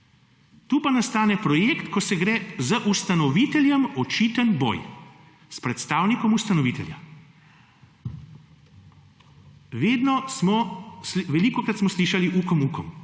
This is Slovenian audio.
Tu pa nastane projekt, ko se gre z ustanoviteljem očiten boj, s predstavnikom ustanovitelja. Vedno smo, velikokrat smo slišali Ukom, Ukom.